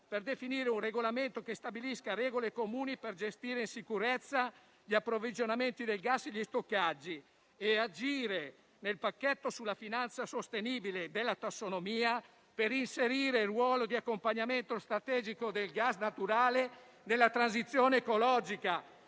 per definire un regolamento che stabilisca regole comuni per gestire in sicurezza gli approvvigionamenti del gas e gli stoccaggi e agire nel pacchetto sulla finanza sostenibile e sulla tassonomia per inserire il ruolo di accompagnamento strategico del gas naturale nella transizione ecologica